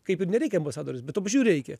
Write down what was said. kaip ir nereikia ambasadoriaus bet tuo pačiu ir reikia